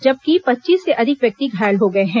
जबकि पच्चीस से अधिक व्यक्ति घायल हो गए हैं